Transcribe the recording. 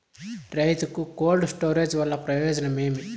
రైతుకు cold storage వల్ల ప్రయోజనం ఏమి?